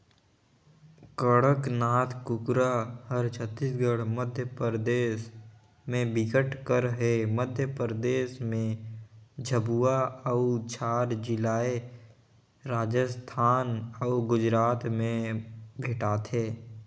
कड़कनाथ कुकरा हर छत्तीसगढ़, मध्यपरदेस में बिकट कर हे, मध्य परदेस में झाबुआ अउ धार जिलाए राजस्थान अउ गुजरात में भेंटाथे